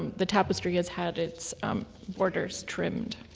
the tapestry has had its borders trimmed.